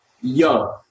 Yo